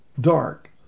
dark